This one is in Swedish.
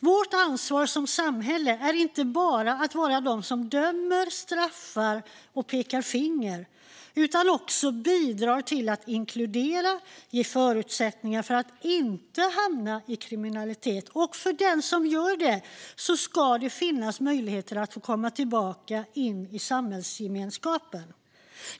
Vårt ansvar, som samhälle, är att inte bara vara de som dömer, straffar och pekar finger utan också de som bidrar till att inkludera och ger förutsättningar för att inte hamna i kriminalitet. Och för den som ändå hamnar i kriminalitet ska det finnas möjligheter att få komma tillbaka in i samhällsgemenskapen.